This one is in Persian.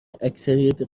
اکثریت